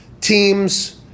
teams